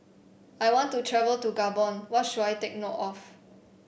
I want to travel to Gabon what should I take note of